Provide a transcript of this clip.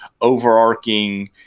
overarching